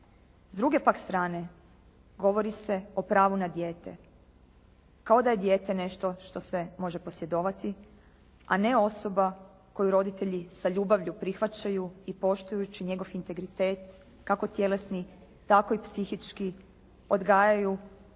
S druge pak strane govori se o pravu na dijete kao da je dijete nešto što se može posjedovati a ne osoba koju roditelji sa ljubavlju prihvaćaju i poštujući njihov integritet kako tjelesni tako i psihički odgajaju